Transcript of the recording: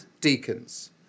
deacons